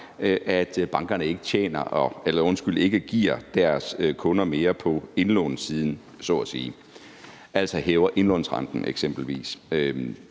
at bankerne ikke giver deres kunder mere på indlånssiden så at sige, altså hæver indlånsrenten eksempelvis.